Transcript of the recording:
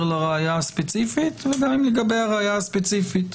לראיה הספציפית ובין אם לגבי הראיה הספציפית,